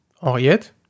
Henriette